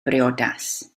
briodas